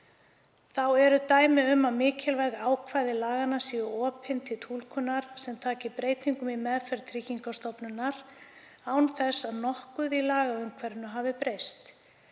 Þá eru dæmi um að mikilvæg ákvæði laganna séu opin til túlkunar sem taki breytingum í meðferð Tryggingastofnunar án þess að nokkuð í lagaumhverfinu hafi breyst.